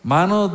Mano